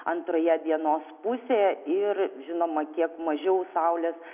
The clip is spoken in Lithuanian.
antroje dienos pusėje ir žinoma kiek mažiau saulės